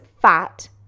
fat